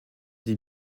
des